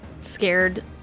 scared